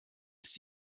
ist